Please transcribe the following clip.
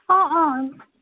অঁ অঁ